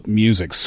music